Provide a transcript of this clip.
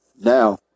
now